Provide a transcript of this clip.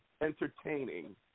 entertaining